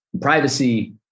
privacy